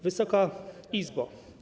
Wysoka Izbo!